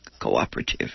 cooperative